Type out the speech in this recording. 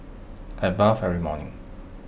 I bathe every morning